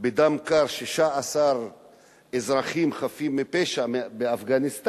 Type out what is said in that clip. בדם קר 16 אזרחים חפים מפשע באפגניסטן,